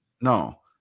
No